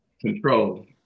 control